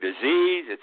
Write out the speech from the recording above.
disease